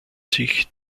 sich